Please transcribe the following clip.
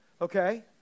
okay